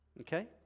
Okay